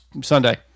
Sunday